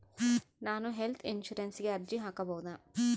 ನಾನು ಹೆಲ್ತ್ ಇನ್ಶೂರೆನ್ಸಿಗೆ ಅರ್ಜಿ ಹಾಕಬಹುದಾ?